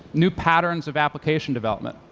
new patterns of application development,